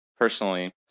personally